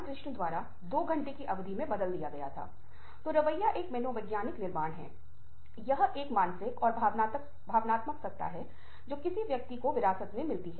भाषण निश्चित रूप से एक बहुत ही महत्वपूर्ण घटक है क्योंकि जैसा कि हम सुनते हैं हम वैसा ही बोलते हैं